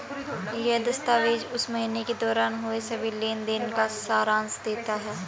यह दस्तावेज़ उस महीने के दौरान हुए सभी लेन देन का सारांश देता है